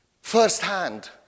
firsthand